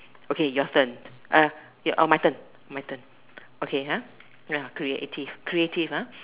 okay your turn uh your oh my turn my turn okay ah ya creative creative ah